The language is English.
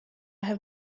have